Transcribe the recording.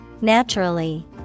Naturally